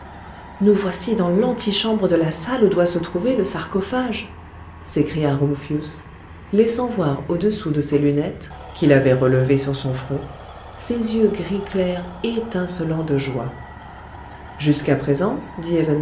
nous voici dans l'antichambre de la salle où doit se trouver le sarcophage s'écria rumphius laissant voir au-dessous de ses lunettes qu'il avait relevées sur son front ses yeux gris clair étincelants de joie jusqu'à présent